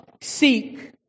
seek